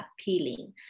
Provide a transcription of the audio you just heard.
appealing